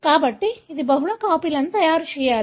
కాబట్టి ఇది బహుళ కాపీలను తయారు చేయాలి